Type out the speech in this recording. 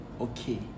okay